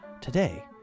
Today